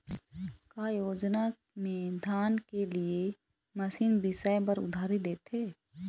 का योजना मे धान के लिए मशीन बिसाए बर उधारी देथे?